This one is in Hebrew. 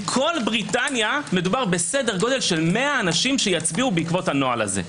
מכל בריטניה מדובר בכ-100 אנשים שיצביעו בעקבות הנוהל הזה.